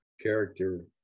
character